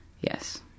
Yes